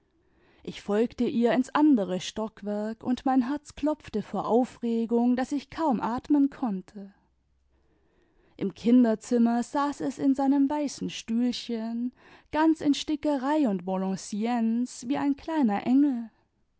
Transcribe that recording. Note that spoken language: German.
ich folgte ihr ins andere stockwerk und mein herz klopfte vor aufregung daß ich kaum atmen konnte im kinderzimmer saß es in seinem weißen stühlchen ganz in stickerei und valenciennes wie ein kleiner engel